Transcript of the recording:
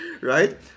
right